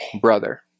brother